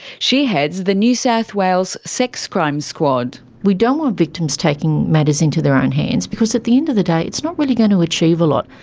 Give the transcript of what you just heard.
she heads the new south wales sex crimes squad. we don't want victims taking matters into their own hands because at the end of the day it's not really going to achieve a lot.